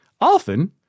Often